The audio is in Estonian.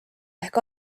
ehk